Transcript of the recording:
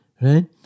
Right